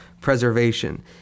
preservation